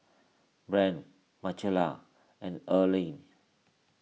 Brien Michaela and Earline